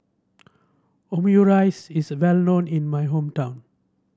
Omurice is well known in my hometown